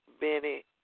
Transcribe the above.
Benny